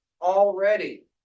already